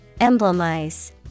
Emblemize